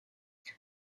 mais